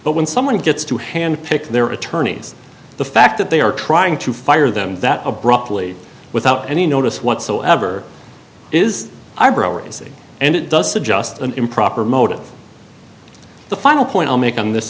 but when someone gets to handpick their attorneys the fact that they are trying to fire them that abruptly without any notice whatsoever is eyebrow raising and it does suggest an improper motive the final point i'll make on this